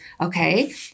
okay